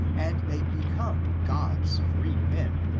and they become god's freed men,